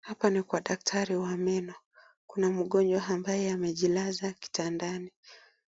Hapa ni kwa daktari wa meno, kuna mgonjwa ambaye amejilaza kitandani.